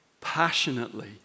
passionately